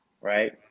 right